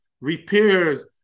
repairs